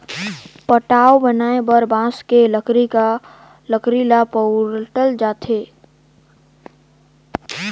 पटाव बनाये बर बांस के लकरी ल बउरल जाथे